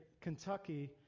Kentucky